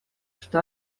что